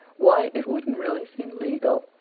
why, it wouldn't really seem legal.